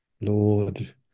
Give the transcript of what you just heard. Lord